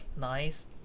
nice